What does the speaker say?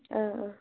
औ औ